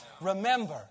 remember